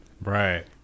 Right